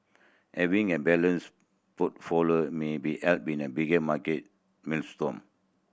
having a balanced portfolio maybe help in a big market maelstrom